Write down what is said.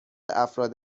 افراد